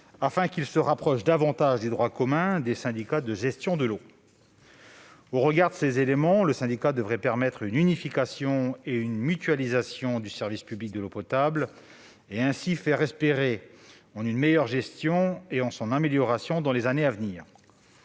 afin que celui-ci se rapproche davantage du droit commun des syndicats de gestion de l'eau. Au regard de ces éléments, le syndicat devrait permettre une unification et une mutualisation du service public de l'eau potable. Ainsi, l'on pourra espérer une meilleure gestion, appelée à connaître d'autres améliorations dans les années à venir.